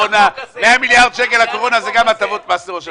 100 מיליארד שקל לקורונה זה גם הטבות מס לראש הממשלה.